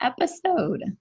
episode